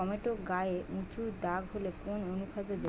Tomato গায়ে উচু দাগ হলে কোন অনুখাদ্য দেবো?